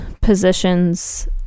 positions